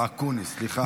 אקוּניס, סליחה.